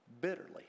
bitterly